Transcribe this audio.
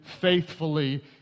faithfully